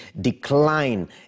decline